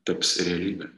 taps realybe